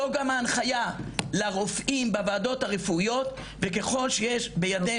זו גם ההנחיה לרופאים בוועדות הרפואיות וככל שיש בידנו,